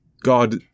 god